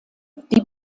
die